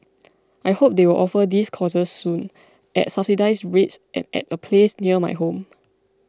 I hope they will offer these courses soon at subsidised rates and at a place near my home